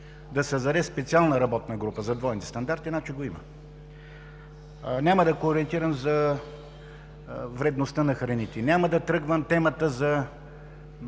да създаде специална работна група за двойни стандарти, значи го има. Няма да коментирам темата за вредността на храните. Няма да коментирам темата за